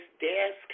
desk